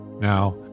Now